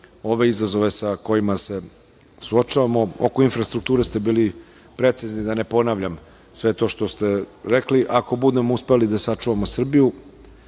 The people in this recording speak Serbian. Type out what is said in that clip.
ove izazove sa kojima se suočavamo. Oko infrastrukture ste bili precizni, da ne ponavljam. Sve to što ste rekli, ako budemo uspeli da sačuvamo Srbiju,